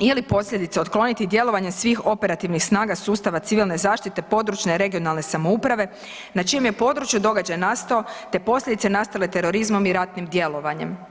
ili posljedice otkloniti djelovanjem svih operativnih snaga sustava civilne zaštite, područne i regionalne samouprave na čijem je području događaj nastao, te posljedice nastale terorizmom i ratnim djelovanjem“